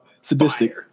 Sadistic